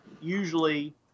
usually